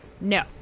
No